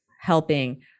helping